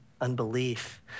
unbelief